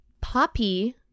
poppy